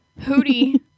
Hootie